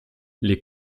les